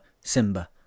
Simba